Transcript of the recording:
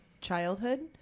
childhood